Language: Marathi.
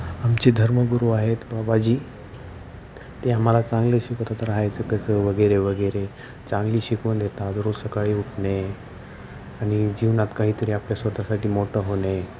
आमचे धर्मगुरू आहेत बाबाजी ते आम्हाला चांगले शिकवतात राहायचं कसं वगैरे वगैरे चांगली शिकवण देतात रोज सकाळी उठणे आणि जीवनात काहीतरी आपल्या स्वतःसाठी मोठं होणे